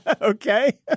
Okay